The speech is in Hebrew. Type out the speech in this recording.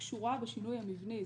קשורה בשינוי המבני.